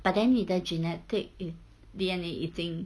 but then 你的 genetic D_N_A 已经